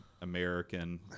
American